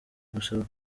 gusaba